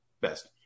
best